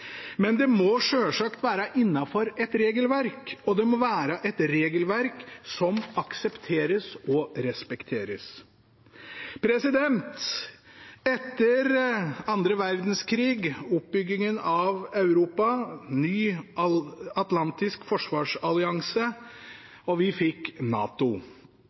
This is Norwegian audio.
Men det må selvsagt være innenfor et regelverk, og det må være et regelverk som aksepteres og respekteres. Etter andre verdenskrig: oppbyggingen av Europa, ny atlantisk forsvarsallianse, vi fikk NATO.